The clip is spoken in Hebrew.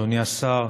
אדוני השר,